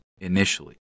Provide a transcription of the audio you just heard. initially